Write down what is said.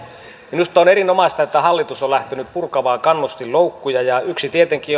minusta on erinomaista että hallitus on lähtenyt purkamaan kannustinloukkuja ja yksi tietenkin